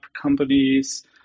companies